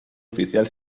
oficial